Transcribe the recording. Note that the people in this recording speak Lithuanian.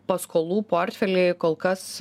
paskolų portfely kol kas